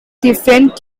different